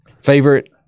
Favorite